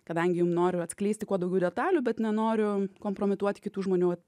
kadangi jum noriu atskleisti kuo daugiau detalių bet nenoriu kompromituoti kitų žmonių